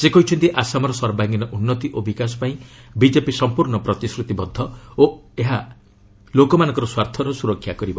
ସେ କହିଛନ୍ତି ଆସାମର ସର୍ବାଙ୍ଗିନ ଉନ୍ନତି ଓ ବିକାଶ ପାଇଁ ବିଚ୍ଚେପି ସମ୍ପୂର୍ଣ୍ଣ ପ୍ରତିଶ୍ରତିବଦ୍ଧ ଓ ଏହା ଲୋକମାନଙ୍କର ସ୍ୱାର୍ଥର ସୁରକ୍ଷା କରିବ